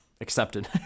accepted